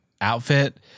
outfit